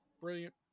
brilliant